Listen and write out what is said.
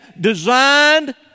designed